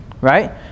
Right